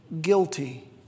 guilty